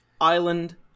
Island